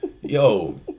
Yo